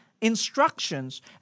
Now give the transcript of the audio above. Instructions